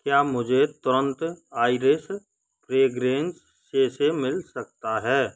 क्या मुझे तुरंत आइरिस फ्रेग्रेन्स सेशे मिल सकता है